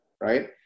right